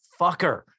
fucker